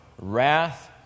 wrath